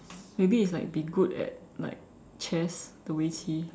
maybe it's like be good at like chess the 围棋